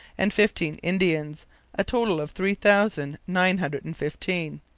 and fifteen indians a total of three thousand nine hundred and fifteen.